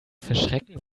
verschrecken